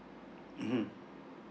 mmhmm